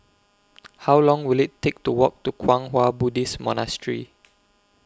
How Long Will IT Take to Walk to Kwang Hua Buddhist Monastery